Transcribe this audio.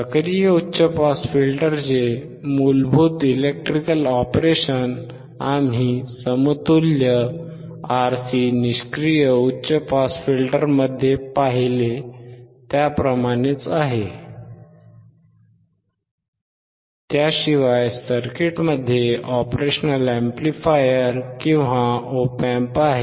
सक्रिय उच्च पास फिल्टरचे मूलभूत इलेक्ट्रिकल ऑपरेशन आम्ही समतुल्य RC निष्क्रिय उच्च पास फिल्टरमध्ये पाहिले त्याप्रमाणेच आहे त्याशिवाय सर्किटमध्ये ऑपरेशनल अॅम्प्लीफायर किंवा op amp आहे